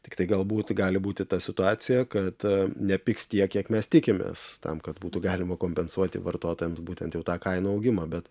tiktai galbūt gali būti ta situacija kad nepigs tiek kiek mes tikimės tam kad būtų galima kompensuoti vartotojams būtent jau tą kainų augimą bet